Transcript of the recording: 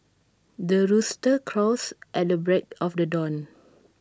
the rooster crows at the break of the dawn